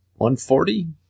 140